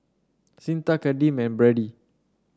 Cyntha Kadeem and Brady